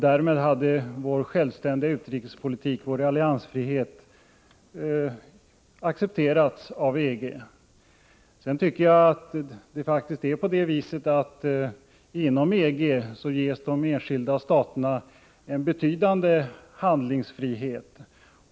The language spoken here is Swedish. Därmed hade vår självständiga utrikespolitik och vår alliansfrihet accepterats av EG. Sedan tycker jag faktiskt att de enskilda staterna inom EG ges en betydande handlingsfrihet.